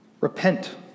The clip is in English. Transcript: Repent